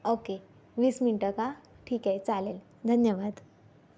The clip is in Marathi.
ओके वीस मिनटं का ठीक आहे चालेल धन्यवाद